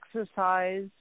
Exercise